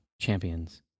Champions